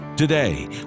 Today